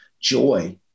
joy